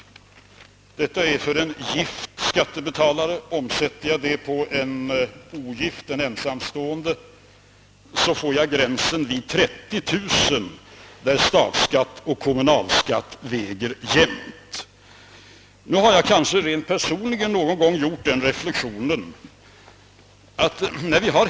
Detta gäller för en gift skattebetalare. För en ogift ensamstående skattebetalare ligger gränsen där kommunalskatt och statsskatt väger jämnt vid 30 000 kronor.